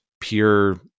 pure